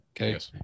Okay